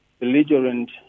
belligerent